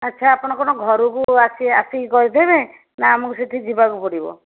ଆଚ୍ଛା ଆପଣ କ'ଣ ଘରକୁ ଆସି ଆସିକି କରିଦେବେ ନା ଆମକୁ ସେଠି ଯିବାକୁ ପଡ଼ିବ